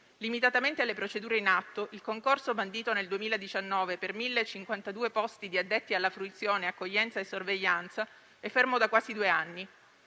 limitatamente alle procedure in atto, il concorso bandito nel 2019 per 1.052 posti di addetti alla fruizione accoglienza e vigilanza (AFAV) è fermo da quasi due anni.